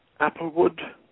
Applewood